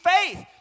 faith